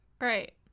right